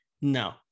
No